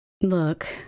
Look